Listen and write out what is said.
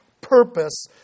purpose